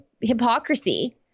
hypocrisy